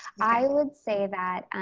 i would say that